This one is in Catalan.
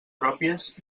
pròpies